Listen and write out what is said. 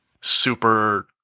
super